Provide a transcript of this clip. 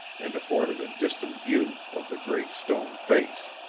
and afforded a distant view of the great stone face.